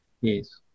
Yes